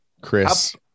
Chris